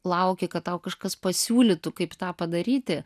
lauki kad tau kažkas pasiūlytų kaip tą padaryti